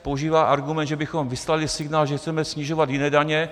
Používá argument, že bychom vyslali signál, že chceme snižovat jiné daně.